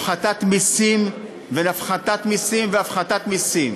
הפחתת מסים והפחתת מסים והפחתת מסים